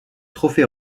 trophée